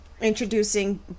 Introducing